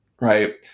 Right